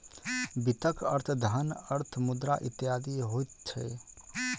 वित्तक अर्थ धन, अर्थ, मुद्रा इत्यादि होइत छै